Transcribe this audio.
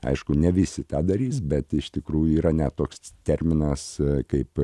aišku ne visi tą darys bet iš tikrųjų yra net toks terminas kaip